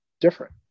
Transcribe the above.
different